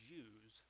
Jews